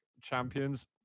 champions